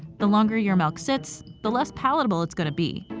the longer your milk sits, the less palatable it's going to be.